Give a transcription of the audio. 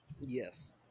Yes